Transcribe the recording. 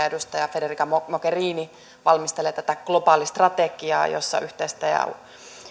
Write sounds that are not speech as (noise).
(unintelligible) edustaja federica mogherini valmistelee tätä globaalistrategiaa jossa